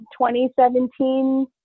2017